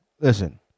Listen